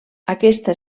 aquesta